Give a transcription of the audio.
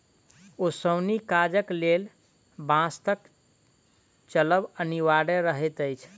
ओसौनी काजक लेल बसातक चलब अनिवार्य रहैत अछि